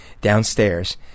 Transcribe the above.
downstairs